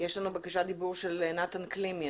יש לנו בקשת דיבור של נתן קלימי.